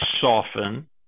soften